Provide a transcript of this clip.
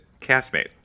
castmate